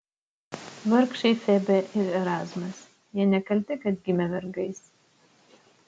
vargšai febė ir erazmas jie nekalti kad gimė vergais